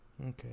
Okay